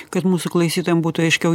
kad mūsų klausytojam būtų aiškiau